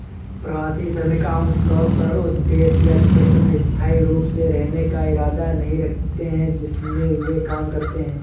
प्रवासी श्रमिक आमतौर पर उस देश या क्षेत्र में स्थायी रूप से रहने का इरादा नहीं रखते हैं जिसमें वे काम करते हैं